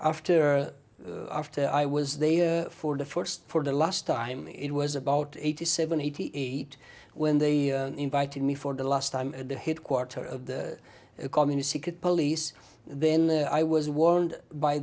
after after i was there for the first for the last time it was about eighty seven eighty eight when they invited me for the last time at the headquarters of the a community could police then i was warned by